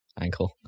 ankle